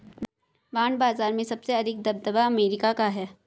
bond बाजार में सबसे अधिक दबदबा अमेरिका का है